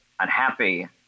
unhappy